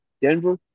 Denver